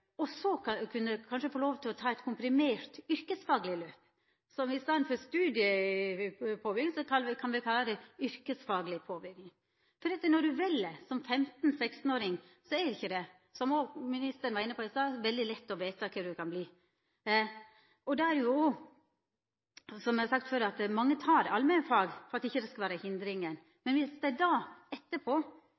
kunne du kanskje etterpå få lov til å ta eit komprimert yrkesfagleg løp – at ein i staden for studiepåbygging kan ta ei yrkesfagleg påbygging. For når du som 15–16-åring skal velja, er det ikkje, som òg ministeren var inne på i stad, veldig lett å vita kva ein kan verta. Da er det slik, som eg har sagt før, at mange tek allmenne fag for at det ikkje skal vera nokon hindringar. Men dersom du etterpå